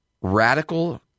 radical